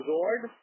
Zord